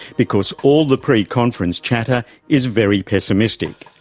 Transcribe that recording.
because all the preconference chatter is very pessimistic,